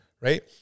right